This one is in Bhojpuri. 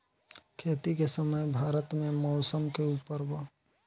खेती के समय भारत मे मौसम के उपर बा